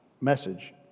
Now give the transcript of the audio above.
message